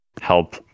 help